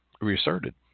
reasserted